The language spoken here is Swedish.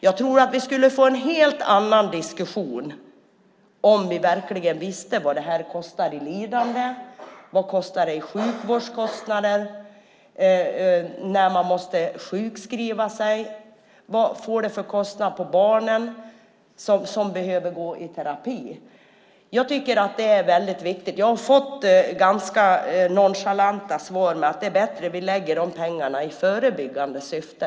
Jag tror att vi skulle få en helt annan diskussion om vi verkligen visste vad det här kostar i lidande, hur stora sjukvårdskostnaderna blir på grund av sjukskrivningar och vad får det för kostnad när barnen behöver gå i terapi. Jag tycker att det är väldigt viktigt. Jag har fått ganska nonchalanta svar som har handlat om att det är bättre att vi lägger pengarna på förebyggande arbete.